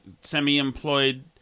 semi-employed